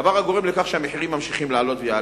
דבר הגורם לכך שהמחירים ממשיכים לעלות ויעלו.